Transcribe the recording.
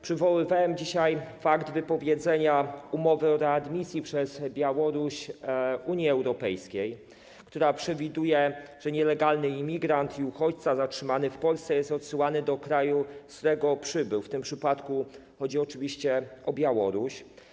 Przywoływałem dzisiaj fakt wypowiedzenia umowy o readmisji przez Białoruś Unii Europejskiej, która przewiduje, że nielegalny imigrant i uchodźca zatrzymany w Polsce jest odsyłany do kraju, z którego przybył, w tym przypadku chodzi oczywiście o Białoruś.